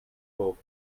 boven